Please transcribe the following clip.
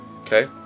okay